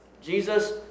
Jesus